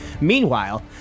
Meanwhile